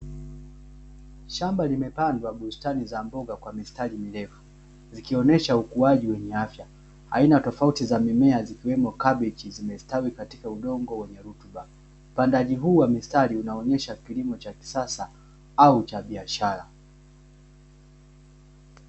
Shamba limepandwa bustani za mboga kwa mistari mirefu, zikionyesha ukuaji wenye afya. Aina tofauti za mimea zikiwemo kabeji zimestawi katika udongo wenye rutuba. Upandaji huu wa mistari unaonyesha kilimo cha kisasa au cha biashara.